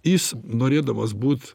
jis norėdamas būt